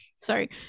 sorry